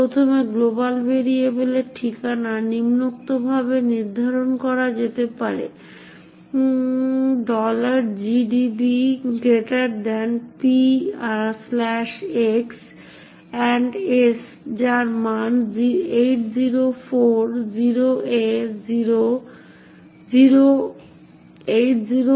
প্রথমে গ্লোবাল ভেরিয়েবলের ঠিকানা নিম্নোক্তভাবে নির্ধারণ করা যেতে পারে gdb px s যার মান 804a040